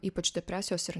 ypač depresijos ir